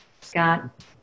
Scott